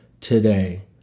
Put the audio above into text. today